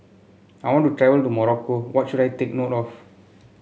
I want to travel to Morocco what should I take note of